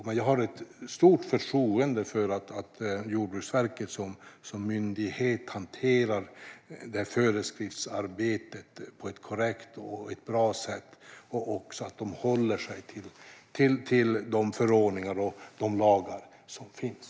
Men jag har ett stort förtroende för att Jordbruksverket som myndighet hanterar föreskriftsarbetet på ett korrekt och bra sätt och att de håller sig till de förordningar och lagar som finns.